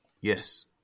Yes